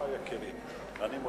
כבוד